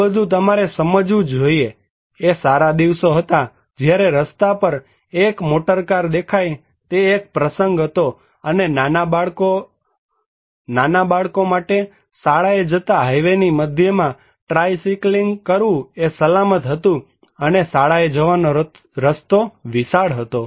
આ બધું તમારે સમજવું જ જોઈએ એ સારા દિવસો હતા જ્યારે રસ્તા પર એક મોટર કાર દેખાય તે એક પ્રસંગ હતોઅને નાના બાળકો માટે શાળાએ જતા હાઈવેની મધ્યમાં ટ્રાયસિકલિંગ કરવું એ સલામત હતું અને શાળાએ જવાનો રસ્તો વિશાળ હતો